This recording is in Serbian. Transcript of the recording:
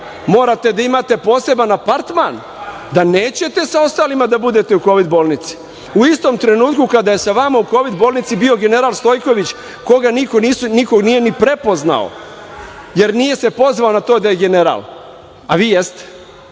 morate da imate poseban apartman, da nećete sa ostalima da budete u kovid bolnici u istom trenutku kada je sa vama u kovid bolnici bio general Stojković koga niko nije ni prepoznao, jer se nije pozvao na to da je general. Dakle,